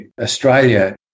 Australia